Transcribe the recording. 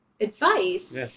advice